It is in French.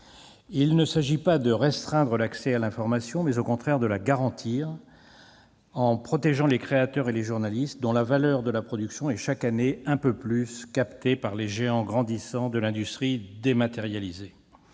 Il s'agit non pas de restreindre l'accès à l'information, mais, au contraire, de le garantir en protégeant les créateurs et les journalistes, dont la valeur de la production est chaque année un peu plus captée par les géants grandissants de l'industrie dématérialisée.